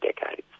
decades